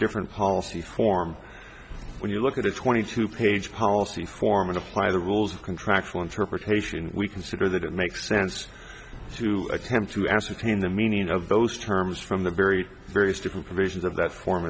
different policy form when you look at the twenty two page policy form and apply the rules of contractual interpretation we consider that it makes sense to attempt to ascertain the meaning of those terms from the very various different provisions of that form